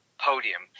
podium